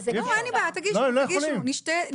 אבל זה טוב שזה ככה.